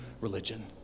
religion